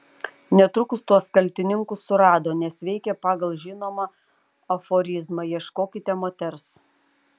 netrukus tuos kaltininkus surado nes veikė pagal žinomą aforizmą ieškokite moters